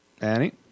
Annie